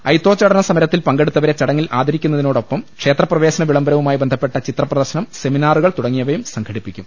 അയിത്തോച്ചാടന സമരത്തിൽ പങ്കെടുത്തവരെ ചടങ്ങിൽ ആദരിക്കു ന്നതിനോടൊപ്പം ക്ഷേത്ര പ്രവേശന വിളംബരവുമായി ബന്ധപ്പെട്ട ചിത്രപ്രദ ർശനം സെമിനാറുകൾ തുടങ്ങിയവ സംഘടിപ്പിക്കും